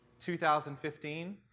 2015